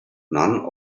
none